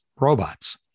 robots